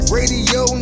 Radio